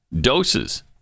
doses